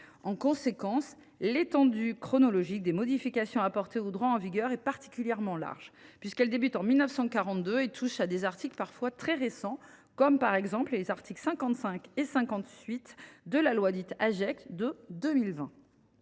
En conséquence, l’étendue chronologique des modifications apportées au droit en vigueur est particulièrement large, puisqu’elle débute en 1942 et touche à des articles parfois très récents, comme les articles 55 et 58 de la loi de 2020